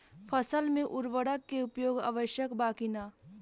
फसल में उर्वरक के उपयोग आवश्यक बा कि न?